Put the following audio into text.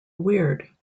weird